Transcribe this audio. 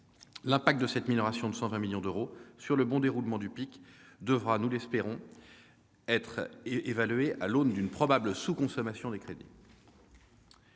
L'impact de cette minoration de 120 millions d'euros sur le bon déroulement du PIC devra être évalué à l'aune d'une probable sous-consommation des crédits.